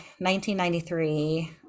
1993